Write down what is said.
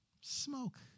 Smoke